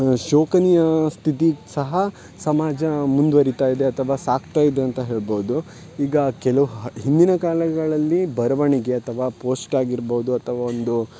ಶೋಚನೀಯ ಸ್ಥಿತಿಗೆ ಸಹ ಸಮಾಜ ಮುಂದುವರಿತಾ ಇದೆ ಅಥವಾ ಸಾಗ್ತಾ ಇದೆ ಅಂತ ಹೇಳ್ಬೌದು ಈಗ ಕೆಲವು ಹಿಂದಿನ ಕಾಲಗಳಲ್ಲಿ ಬರವಣಿಗೆ ಅಥವಾ ಪೋಸ್ಟ್ ಆಗಿರ್ಬೌದು ಅಥವಾ ಒಂದು